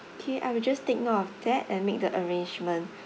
K I will just take note of that and make the arrangement